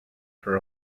for